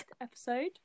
episode